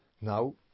Now